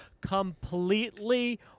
completely